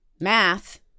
Math